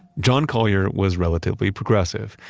john collier was relatively progressive.